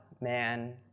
man